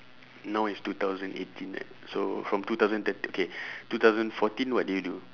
now is two thousand eighteen right so from two thousand thirt~ okay two thousand fourteen what did you do